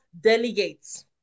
delegates